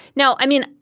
now, i mean,